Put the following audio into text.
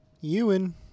Ewan